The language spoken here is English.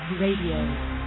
Radio